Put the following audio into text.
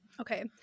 Okay